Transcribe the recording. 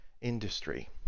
industry